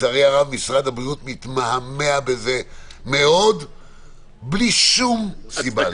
לצערי הרב משרד הבריאות מתמהמה עם זה מאוד בלי שום סיבה,